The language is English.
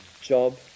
job